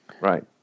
Right